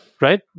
right